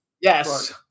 Yes